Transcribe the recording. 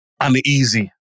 uneasy